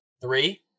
Three